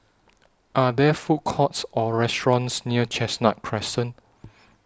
Are There Food Courts Or restaurants near Chestnut Crescent